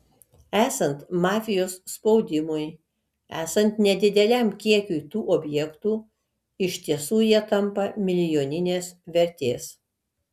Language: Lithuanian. esant mafijos spaudimui esant nedideliam kiekiui tų objektų iš tiesų jie tampa milijoninės vertės